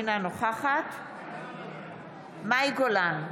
אינה נוכחת מאי גולן,